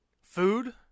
Food